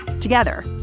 together